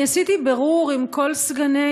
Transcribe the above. אני עשיתי בירור עם כל סגני